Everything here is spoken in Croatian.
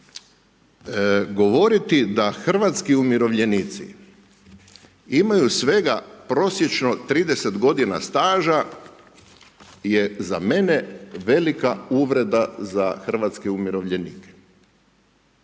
govoriti da hrvatski umirovljenici imaju svega prosječno 30 godina staža je za mene velika uvreda za hrvatske umirovljenike.